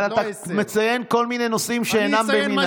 אבל אתה מציין כל מיני נושאים שאינם במינם.